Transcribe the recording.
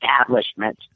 establishment